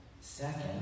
Second